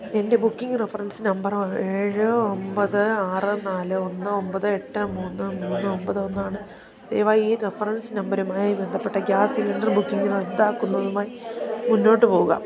എൻ്റെ booking reference number ഏഴ് ഒമ്പത് ആറ് നാല് ഒന്ന് ഒമ്പത് എട്ട് മൂന്ന് മൂന്ന് ഒമ്പത് ഒന്നാണ് ദയവായി ഈ റഫറൻസ് നമ്പരുമായി ബന്ധപ്പെട്ട ഗ്യാസ് സിലിണ്ടർ ബുക്കിംഗ് റദ്ദാക്കുന്നതുമായി മുന്നോട്ടുപോകുക